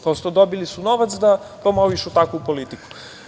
Prosto dobili su novac da promovišu takvu politiku.